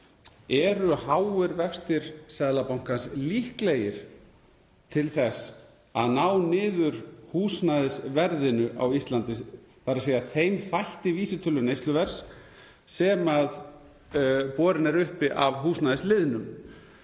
Eru háir vextir Seðlabankans líklegir til þess að ná niður húsnæðisverðinu á Íslandi, þ.e. þeim þætti vísitölu neysluverðs sem borin er uppi af húsnæðisliðnum?